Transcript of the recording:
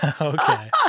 okay